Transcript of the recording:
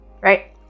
right